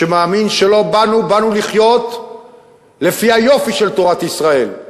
מאמין שבאנו לחיות לפי היופי של תורת ישראל,